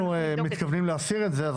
אנחנו מתכוונים להסיר את זה,